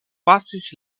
pasis